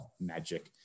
magic